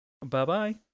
bye-bye